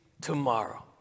tomorrow